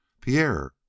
Pierre